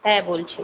হ্যাঁ বলছি